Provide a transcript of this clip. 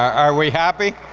are we happy?